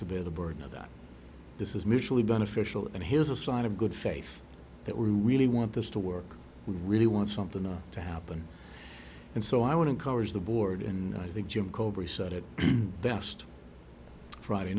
to bear the burden of that this is mutually beneficial and here's a sign of good faith that we really want this to work we really want something to happen and so i would encourage the board and i think jim